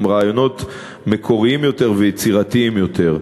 עם רעיונות מקוריים יותר ויצירתיים יותר.